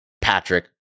Patrick